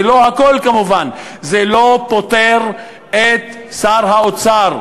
זה לא הכול, כמובן, זה לא פוטר את שר האוצר,